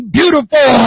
beautiful